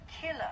killer